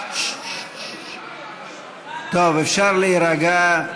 טוב, אפשר להירגע.